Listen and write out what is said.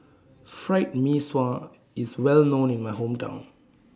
Fried Mee Sua IS Well known in My Hometown